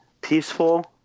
peaceful